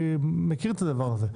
מכיר את הדבר הזה,